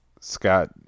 scott